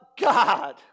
God